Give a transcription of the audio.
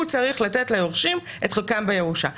הוא צריך לתת ליורשים את חלקם בירושה.